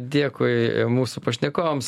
dėkui mūsų pašnekovams